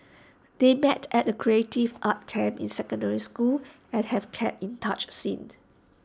they met at A creative arts camp in secondary school and have kept in touch since